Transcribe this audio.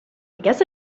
guess